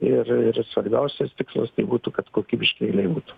ir ir svarbiausias tikslas tai būtų kad kokybiški keliai būtų